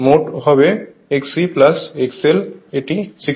মোট হবে Xe XL এটি 6 Ω হবে